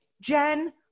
Jen